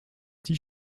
tee